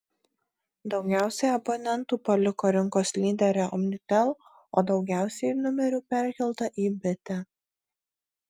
daugiausiai abonentų paliko rinkos lyderę omnitel o daugiausiai numerių perkelta į bitę